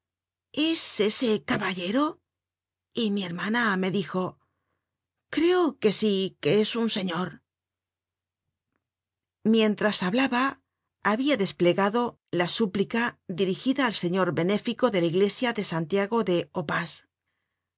hermana es ese caballero y mi hermana me dijo creo que sí que es un señor mientras hablaba habia desplegado la súplica dirigida al señor benéfico de la iglesia de santiago de